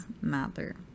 matter